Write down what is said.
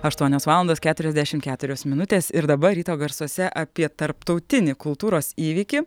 aštuonios valandos keturiasdešimt keturios minutės ir dabar ryto garsuose apie tarptautinį kultūros įvykį